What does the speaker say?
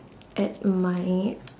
at my